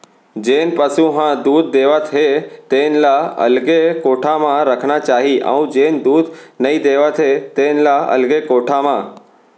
जेन पसु ह दूद देवत हे तेन ल अलगे कोठा म रखना चाही अउ जेन दूद नइ देवत हे तेन ल अलगे कोठा म